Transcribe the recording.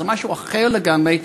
זה משהו אחר לגמרי.